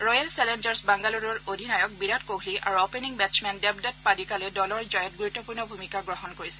royal Challengers বাংগালোৰুৰ অধিনায়ক বিৰাট কোহলি আৰু অপেনিং বেটছমেন দেৱদত্ত পাডিকালে দলৰ জয়ত গুৰুত্পূৰ্ণ ভূমিকা পালন কৰিছে